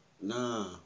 Nah